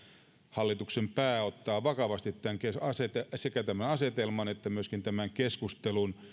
hallituksen pää ottaa vakavasti sekä tämän asetelman että myöskin tämän keskustelun